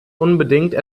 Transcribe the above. unbedingt